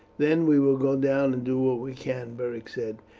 then we will go down and do what we can, beric said.